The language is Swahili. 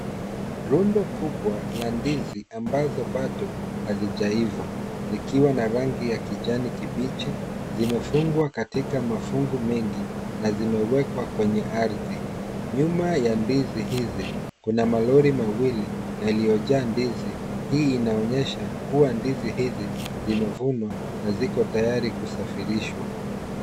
Rundo kubwa la ndizi ambazo bado hazijaiva zikiwa na rangi ya kijani kibichi zimefungwa katika mafungu mengi na vimewekwa kwenye ardhi. Nyuma ya ndizi hizi kuna malori mawili yaliyojaa ndizi. Hii inaonyesha kuwa ndizi hizi zimevunwa na ziko tayari kusafirishwa.